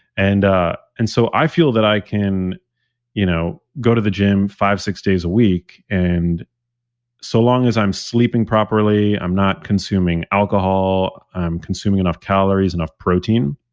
and ah and so i feel that i can you know go to the gym five, six days a week, and so long as i'm sleeping properly i'm not consuming alcohol, i'm consuming enough calories, enough protein,